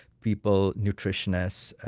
people, nutritionists,